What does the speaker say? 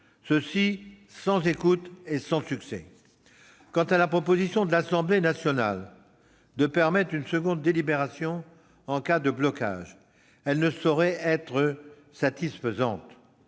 mais ce fut en vain ! Quant à la proposition de l'Assemblée nationale de permettre une seconde délibération en cas de blocage, elle ne saurait être satisfaisante.